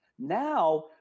now